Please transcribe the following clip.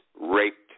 raped